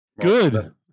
Good